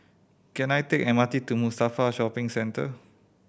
can I take M R T to Mustafa Shopping Centre